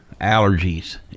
Allergies